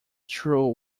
true